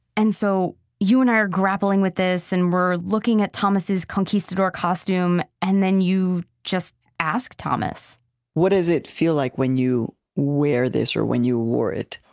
and so you and i are grappling with this, and we're looking at thomas' conquistador costume. and then you just asked thomas what does it feel like when you wear this or when you wore it?